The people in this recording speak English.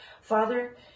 Father